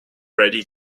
ready